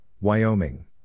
Wyoming